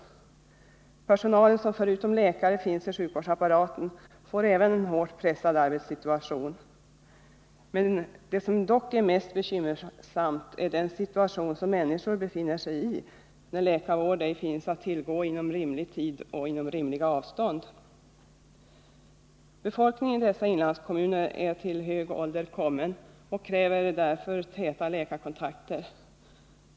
Den personal som förutom läkare finns i sjukvårdsapparaten får också en hårt pressad arbetssituation. Men det som är mest bekymmersamt är den situation människor befinner sig i när läkarvård inte finns att tillgå inom rimlig tid och inom rimliga avstånd. Befolkningen i dessa inlandskommuner är kommen till hög ålder och kräver därför täta läkarkontakter.